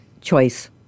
Choice